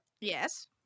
Yes